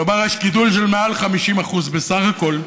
כלומר, יש גידול של מעל 50% בסך הכול.